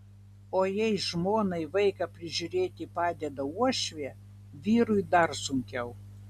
o jei žmonai vaiką prižiūrėti padeda uošvė vyrui dar sunkiau